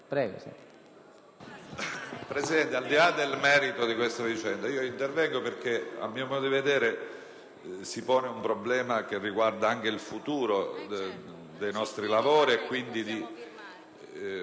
Presidente, al di là del merito della vicenda in questione, a mio modo di vedere sembra porsi un problema che riguarda anche il futuro dei nostri lavori.